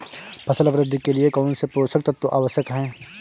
फसल वृद्धि के लिए कौनसे पोषक तत्व आवश्यक हैं?